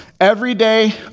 Everyday